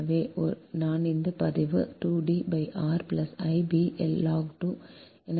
எனவே நான் ஒரு பதிவு 2 D r I b log 2